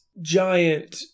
giant